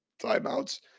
timeouts